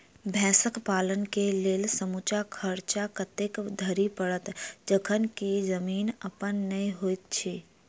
भैंसक पालन केँ लेल समूचा खर्चा कतेक धरि पड़त? जखन की जमीन अप्पन नै होइत छी